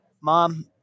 Mom